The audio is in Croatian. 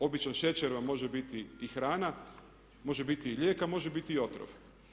Običan šećer vam može biti i hrana, može biti i lijek, a može biti i otrov.